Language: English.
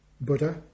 Buddha